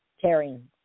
tearing